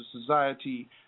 society